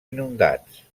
inundats